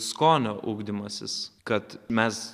skonio ugdymasis kad mes